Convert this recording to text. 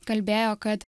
kalbėjo kad